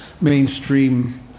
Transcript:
mainstream